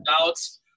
doubts